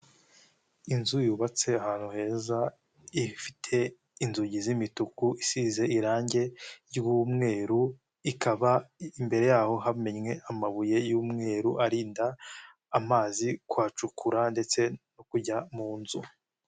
Inzu yubatse ahantu heza ikaba ifite inzugi z'imituku isize irangi ry'umweru ikaba imbere yaho hamennye amabuye y'umweru arinda amazi kuyacukura ndetse no kujya mu nzu.